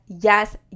yes